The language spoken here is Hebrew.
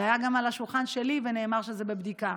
זה היה גם על השולחן שלי ונאמר שזה בבדיקה.